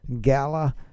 gala